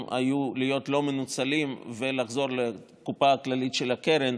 היו להיות לא מנוצלים ולחזור לקופה הכללית של הקרן,